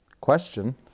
question